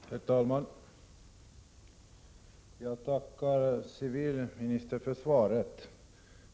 Herr talman! Jag tackar civilministern för svaret.